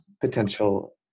potential